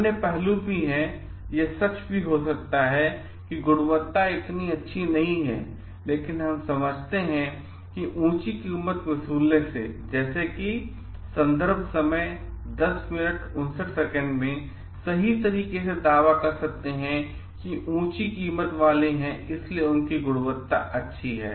अन्य पहलू भी है यह सच हो सकता है कि गुणवत्ता इतनी अच्छी नहीं है लेकिन हम समझते हैं ऊंची कीमत वसूलने से वे सही तरीके से दावा कर सकते हैं किवे ऊंचे कीमत वाले हैं इसलिए उनकी गुणवत्ता अच्छी है